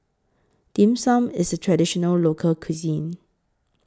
Dim Sum IS A Traditional Local Cuisine